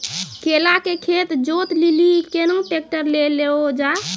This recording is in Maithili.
केला के खेत जोत लिली केना ट्रैक्टर ले लो जा?